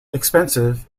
expensive